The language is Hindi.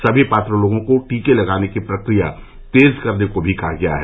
सभी पात्र लोगों को टीके लगाने की प्रक्रिया तेज करने को भी कहा गया है